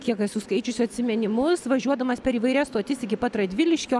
kiek esu skaičiusi atsiminimus važiuodamas per įvairias stotis iki pat radviliškio